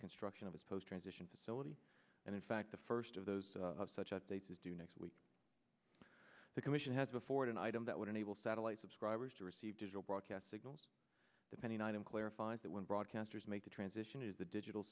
the construction of a supposed transition facility and in fact the first of those such updates is due next week the commission has before it an item that would enable satellite subscribers to receive digital broadcast signals depending item clarifies that when broadcasters make the transition is the digital